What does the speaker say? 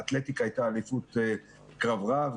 באתלטיקה היתה אליפות קרב רב.